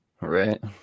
Right